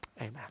Amen